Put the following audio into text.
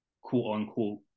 quote-unquote